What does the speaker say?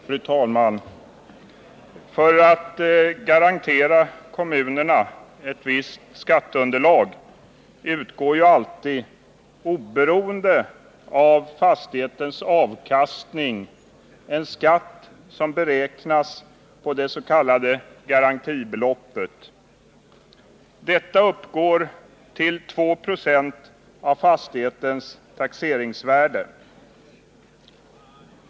Fru talman! För att garantera kommunerna ett visst skatteunderlag utgår jualltid, oberoende av fastighetens avkastning, en skatt som beräknas på det s.k. garantibeloppet. Detta uppgår till 2 96 av fastighetens taxeringsvärde.